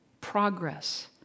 Progress